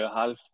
half